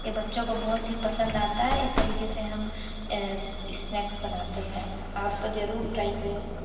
यह बच्चों को बहुत ही पसंद आता है इस तरीके से हम स्नैक्स बनाते हैं आप ज़रूर ट्राई करें